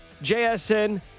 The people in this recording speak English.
JSN